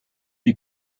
des